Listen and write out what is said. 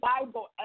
Bible